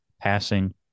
passing